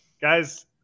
guys